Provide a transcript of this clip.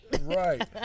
Right